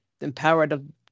empowered